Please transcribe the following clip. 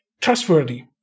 trustworthy